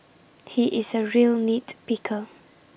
he is A real nit picker